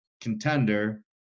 contender